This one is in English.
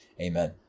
Amen